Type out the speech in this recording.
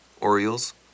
orioles